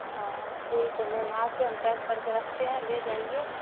ہاں ٹھیک ہے میم آ کے ہم پیک کر کے رکھتے ہیں لے جائیے